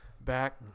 Back